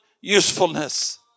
usefulness